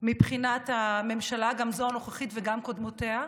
מבחינת הממשלה, גם זו הנוכחית וגם קודמותיה,